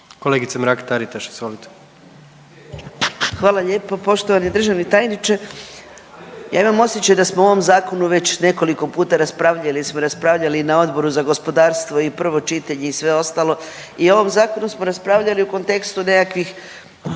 **Mrak-Taritaš, Anka (GLAS)** Hvala lijepo. Poštovani državni tajniče. Ja imam osjećam da smo o ovom zakonu već nekoliko puta raspravljali jer smo raspravljali na Odboru za gospodarstvo i prvo čitanje i sve ostalo i o ovom zakonu smo raspravljali u kontekstu nekakvih